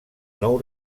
nou